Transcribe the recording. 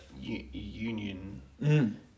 union